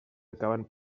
acaben